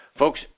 Folks